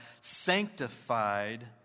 sanctified